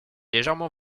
légèrement